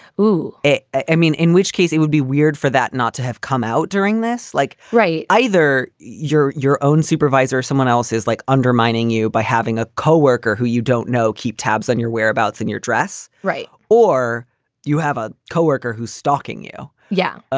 i mean, in which case it would be weird for that not to have come out during this. like. right. either you're your own supervisor or someone else is like undermining you by having a co-worker who you don't know keep tabs on your whereabouts in your dress. right. or you have a coworker who's stalking you. yeah.